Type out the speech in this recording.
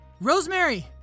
Rosemary